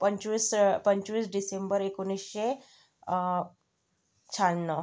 पंचवीस पंचवीस डिसेंबर एकोणीसशे शहाण्णव